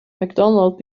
macdonald